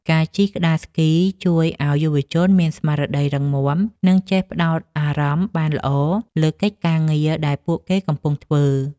ការជិះក្ដារស្គីជួយឱ្យយុវជនមានស្មារតីរឹងមាំ និងចេះផ្ដោតអារម្មណ៍បានល្អលើកិច្ចការងារដែលពួកគេកំពុងធ្វើ។